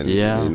yeah and